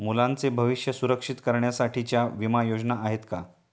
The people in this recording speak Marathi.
मुलांचे भविष्य सुरक्षित करण्यासाठीच्या विमा योजना आहेत का?